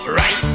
right